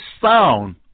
sound